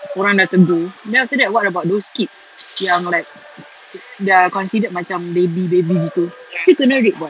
orang dah tegur then after that what about those kids yang like they are considered macam baby baby gitu still kena raped [what]